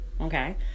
okay